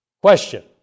Question